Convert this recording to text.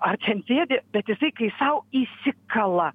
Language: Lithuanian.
ar ten sėdi bet jisai kai sau įsikala